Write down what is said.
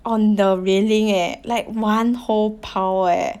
on the railing eh like one whole pile eh